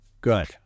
Good